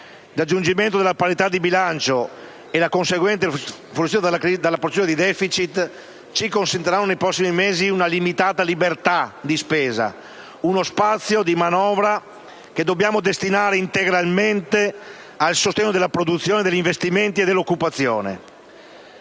raggiungimento della parità di bilancio e la conseguente fuoriuscita dalla procedura di *deficit* ci consentiranno nei prossimi mesi una limitata libertà di spesa, uno spazio di manovra che dobbiamo destinare integralmente al sostegno della produzione, degli investimenti e dell'occupazione.